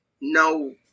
No